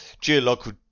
geological